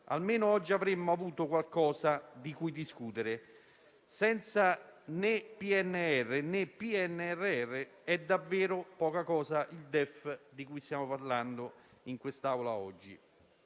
Almeno oggi avremmo avuto qualcosa di cui discutere. Senza PNR né PNRR, il DEF di cui stiamo parlando in quest'Aula oggi